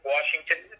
Washington